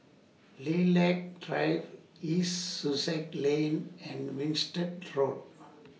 Lilac Drive East Sussex Lane and Winstedt Road